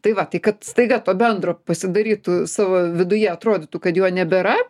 tai va tai kad staiga to bendro pasidarytų savo viduje atrodytų kad jo nebėra